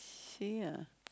say ah